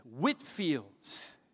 Whitfields